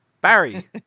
Barry